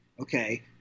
okay